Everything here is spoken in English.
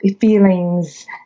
feelings